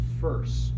first